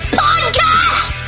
podcast